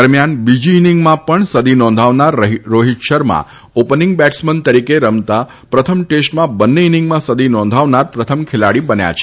દરમ્યાન બીજી ઇનીંગમાં પણ સદી નોંધાવનાર રોહિત શર્મા ઓપનિંગ બેટ્સમેન તરીકે રમતા પ્રથમ ટેસ્ટમાં બંને ઇનીંગમાં સદી નોંધાવનાર પ્રથમ ખેલાડી બન્યા છે